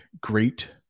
great